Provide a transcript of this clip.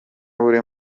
buri